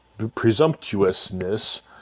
presumptuousness